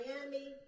Miami